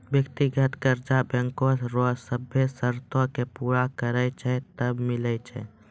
व्यक्तिगत कर्जा बैंको रो सभ्भे सरतो के पूरा करै छै तबै मिलै छै